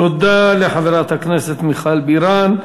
תודה לחברת הכנסת מיכל בירן.